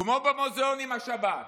כמו במוזיאונים השבת.